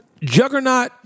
Juggernaut